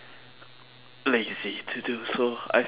lazy to do so I scared too hot